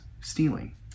stealing